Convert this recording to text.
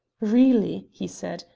really, he said,